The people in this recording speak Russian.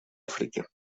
африки